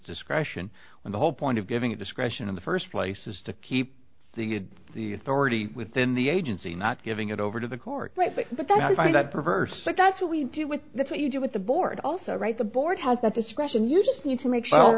discretion in the whole point of giving the discretion of the first places to keep the authority within the agency not giving it over to the court right but that i find that perverse but that's what we do with that what you do with the board also write the board how that discretion you just need to make s